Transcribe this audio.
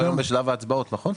אנחנו היום בשלב ההצבעות, נכון?